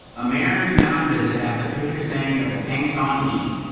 a mariners mound visit has a pitcher saying that the tank's on e.